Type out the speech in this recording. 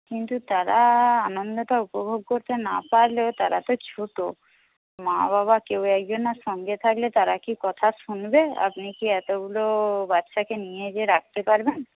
কিন্তু তারা আনন্দটা উপভোগ করতে না পারলেও তারা তো ছোটো মা বাবা কেউ একজন না সঙ্গে থাকলে তারা কি কথা শুনবে আপনি কি এতগুলো বাচ্ছাকে নিয়ে গিয়ে রাখতে পারবেন